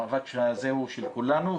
המאבק הזה הוא של כולנו,